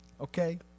Okay